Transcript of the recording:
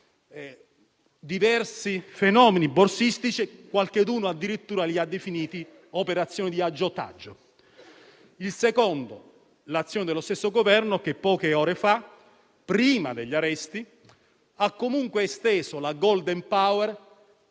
diversi fenomeni borsistici e che qualcheduno addirittura ha definito operazioni di aggiotaggio. In secondo luogo, l'azione dello stesso Governo, che poche ore fa, prima degli arresti, ha comunque esteso il *golden power*,